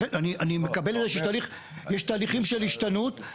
לכן יש תהליכים של השתנות.